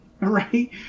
Right